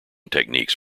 techniques